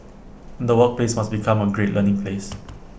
the workplace must become A great learning place